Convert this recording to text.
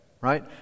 Right